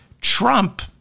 Trump